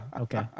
Okay